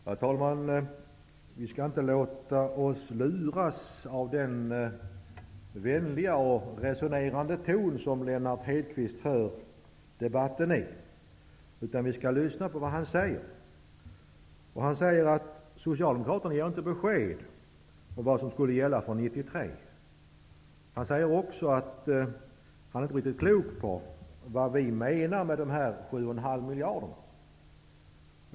Herr talman! Vi skall inte låta oss luras av den vänliga och resonerande ton som Lennart Hedquist använder sig av i debatten, utan vi skall lyssna på vad han säger. Han säger att Socialdemokraterna inte ger besked om vad som skulle gälla från 1993. Vidare säger han att han inte blir riktigt klok på vad vi menar med de 7,5 miljarderna.